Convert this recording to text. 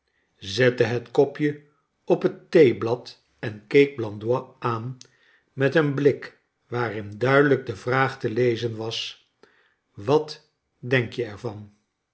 zette het kopje op het theeblad en keek blandois aan met een blik waarin duidelijk de vraag te lezen was wat denk je er